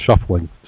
shuffling